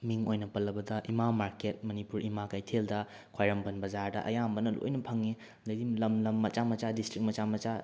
ꯃꯤꯡ ꯑꯣꯏꯅ ꯄꯜꯂꯕꯗ ꯏꯃꯥ ꯃꯥꯔꯀꯦꯠ ꯃꯅꯤꯄꯨꯔ ꯏꯃꯥ ꯀꯩꯊꯦꯜꯗ ꯈ꯭ꯋꯥꯏꯔꯝꯕꯟ ꯕꯖꯥꯔꯗ ꯑꯌꯥꯝꯕꯅ ꯂꯣꯏꯅ ꯐꯪꯏ ꯑꯗꯩꯗꯤ ꯂꯝ ꯃꯆꯥ ꯃꯆꯥ ꯗꯤꯁꯇ꯭ꯔꯤꯛ ꯃꯆꯥ ꯃꯆꯥ